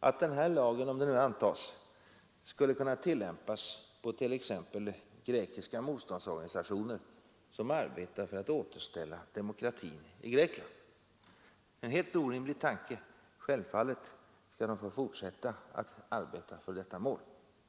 att denna lag, om den nu antas, skulle kunna tillämpas på t.ex. grekiska motståndsorganisationer som arbetar för att återställa demokratin i Grekland. Det är en helt orimlig tanke. Självfallet skall de fortsätta att arbeta för detta mål.